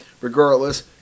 Regardless